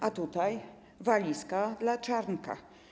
A tutaj walizka dla Czarnka.